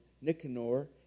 Nicanor